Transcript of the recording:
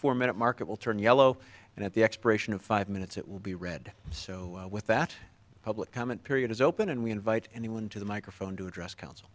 four minute mark it will turn yellow and at the expiration of five minutes it will be read so with that public comment period is open and we invite anyone to the microphone to address coun